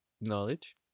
Knowledge